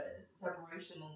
separation